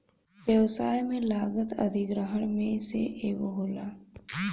व्यवसाय में लागत अधिग्रहण में से एगो होला